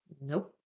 Nope